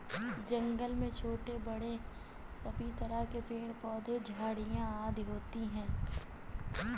जंगल में छोटे बड़े सभी तरह के पेड़ पौधे झाड़ियां आदि होती हैं